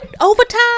overtime